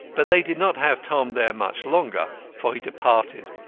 but they did not have tom there much longer, for he departed,